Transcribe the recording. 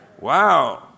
wow